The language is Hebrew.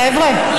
חבר'ה,